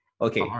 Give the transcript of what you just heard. okay